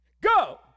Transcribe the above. Go